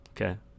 okay